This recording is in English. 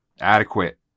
adequate